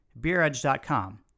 beeredge.com